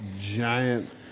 giant